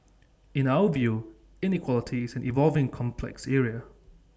in our view inequality is an evolving complex area